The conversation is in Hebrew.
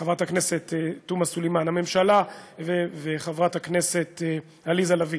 חברת הכנסת תומא סלימאן וחברת הכנסת עליזה לביא,